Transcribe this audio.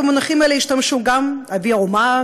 במונחים האלה השתמשו גם אבי האומה,